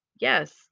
Yes